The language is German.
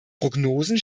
prognosen